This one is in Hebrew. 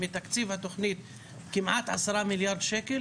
מתקציב התוכנית כמעט 10 מיליארד שקלים,